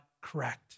correct